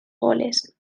goles